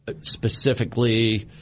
specifically